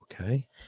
okay